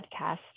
podcast